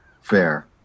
fair